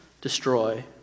destroy